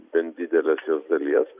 bent didelės jos dalies